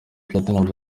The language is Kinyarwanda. platnumz